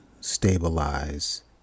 stabilize